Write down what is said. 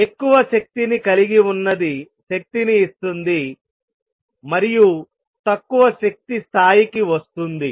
ఎక్కువ శక్తిని కలిగి ఉన్నది శక్తిని ఇస్తుంది మరియు తక్కువ శక్తి స్థాయికి వస్తుంది